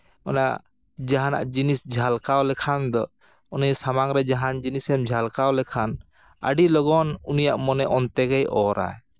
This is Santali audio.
ᱚᱱᱟ ᱡᱟᱦᱟᱱᱟᱜ ᱡᱤᱱᱤᱥ ᱡᱷᱟᱞᱠᱟᱣ ᱞᱮᱠᱷᱟᱱ ᱫᱚ ᱩᱱᱤ ᱥᱟᱢᱟᱝ ᱨᱮ ᱡᱟᱦᱟᱱᱟᱜ ᱡᱤᱱᱤᱥ ᱡᱷᱟᱞᱠᱟᱣ ᱞᱮᱠᱷᱟᱱ ᱟᱹᱰᱤ ᱞᱚᱜᱚᱱ ᱩᱱᱤᱭᱟᱜ ᱢᱚᱱᱮ ᱚᱱᱛᱮ ᱜᱮᱭ ᱚᱨᱟ